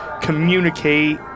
communicate